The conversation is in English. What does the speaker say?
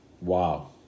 Wow